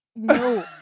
no